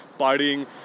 partying